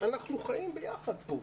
אנחנו חיים ביחד פה.